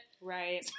Right